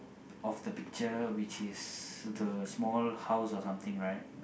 of the picture which is the small house or something right